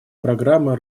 программы